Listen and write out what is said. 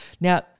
Now